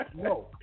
No